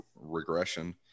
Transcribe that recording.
regression